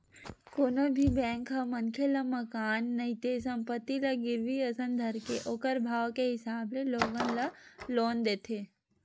कोनो भी बेंक ह मनखे ल मकान नइते संपत्ति ल गिरवी असन धरके ओखर भाव के हिसाब ले लोगन ल लोन देथे